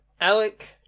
Alec